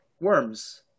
Worms